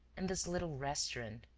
in this little restaurant.